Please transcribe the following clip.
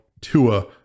Tua